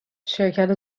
شرکت